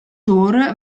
tour